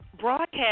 broadcast